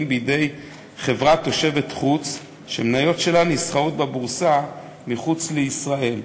בידי חברה תושבת חוץ שמניות שלה נסחרות בבורסה מחוץ לישראל.